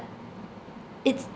it